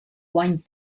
guany